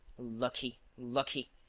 lucky. lucky.